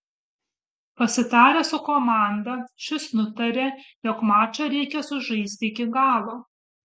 pasitaręs su komanda šis nutarė jog mačą reikia sužaisti iki galo